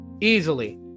easily